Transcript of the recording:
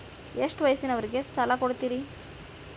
ಎಷ್ಟ ವಯಸ್ಸಿನವರಿಗೆ ಸಾಲ ಕೊಡ್ತಿರಿ?